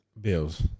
Bills